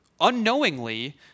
unknowingly